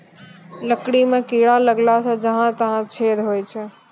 लकड़ी म कीड़ा लगला सें जहां तहां छेद होय जाय छै